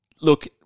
Look